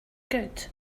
good